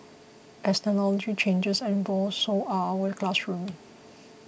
as technology changes and evolves so are our classrooms